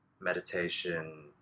meditation